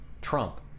Trump